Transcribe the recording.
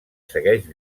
segueix